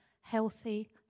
healthy